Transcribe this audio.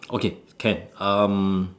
okay can um